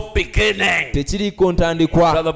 beginning